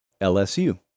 LSU